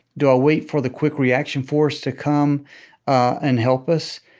do i wait for the quick reaction force to come and help us?